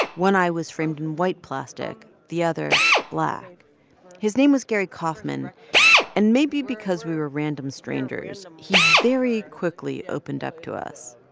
one eye was framed in white plastic, the other black his name was gary kaufman and maybe because we were random strangers, he very quickly opened up to us.